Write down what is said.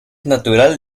natural